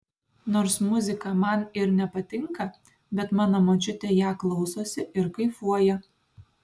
nors muzika man ir nepatinka bet mano močiutė ją klausosi ir kaifuoja